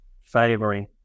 favoring